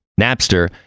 Napster